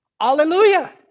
hallelujah